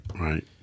Right